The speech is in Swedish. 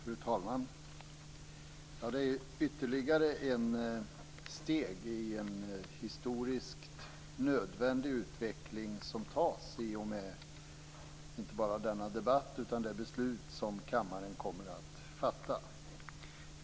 Fru talman! Det är ytterligare ett steg i en historiskt nödvändig utveckling som tas i och med denna debatt och det beslut som kammaren kommer att fatta.